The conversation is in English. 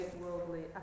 worldly